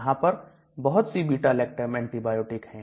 यहां पर बहुत सी beta lactam एंटीबायोटिक है